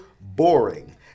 boring